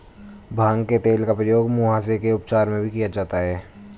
भांग के तेल का प्रयोग मुहासे के उपचार में भी किया जाता है